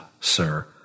sir